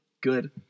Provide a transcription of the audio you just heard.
good